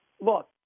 Look